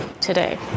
today